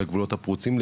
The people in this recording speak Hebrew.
על הגבולות הפרוצים,